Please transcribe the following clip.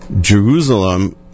Jerusalem